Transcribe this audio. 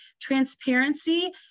transparency